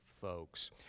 folks